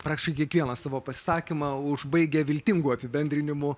praktiškai kiekvieną savo pasisakymą užbaigia viltingu apibendrinimu